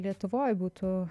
lietuvoj būtų